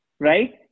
Right